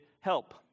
help